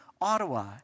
Ottawa